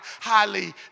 highly